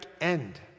end